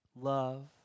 love